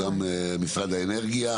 גם משרד האנרגיה,